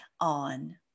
on